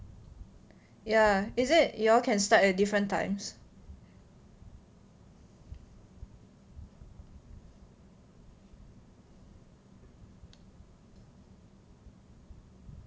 ya isn't it you all can start at different times